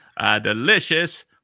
Delicious